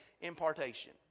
Impartation